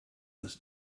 was